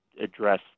address